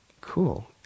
cool